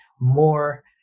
more